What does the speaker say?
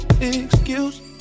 excuse